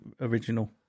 original